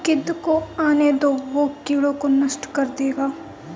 गिद्ध को आने दो, वो कीड़ों को नष्ट कर देगा